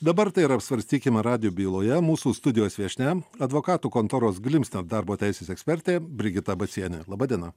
dabar tai ir apsvarstykime radijo byloje mūsų studijos viešnia advokatų kontoros glimstedt darbo teisės ekspertė brigita bacienė laba diena